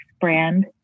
brand